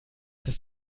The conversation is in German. bis